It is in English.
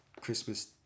Christmas